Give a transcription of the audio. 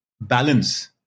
balance